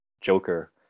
Joker